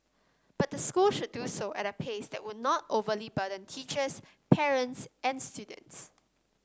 but the school should do so at a pace that would not overly burden teachers parents and students